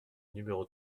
numéro